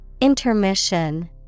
Intermission